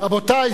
רבותי,